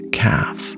calf